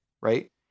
right